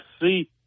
see